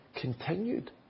continued